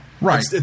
Right